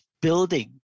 building